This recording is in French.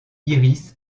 iris